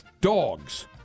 Dogs